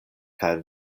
kaj